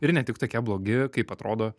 ir ne tik tokie blogi kaip atrodo